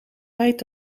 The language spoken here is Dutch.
tijd